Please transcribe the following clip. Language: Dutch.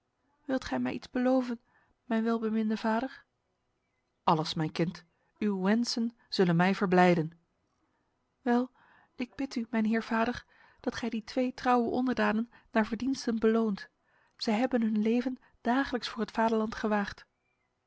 wilt gij mij iets beloven mijn welbeminde vader alles mijn kind uw wensen zullen mij verblijden wel ik bid u mijn heer vader dat gij die twee trouwe onderdanen naar verdiensten beloont zij hebben hun leven dagelijks voor het vaderland gewaagd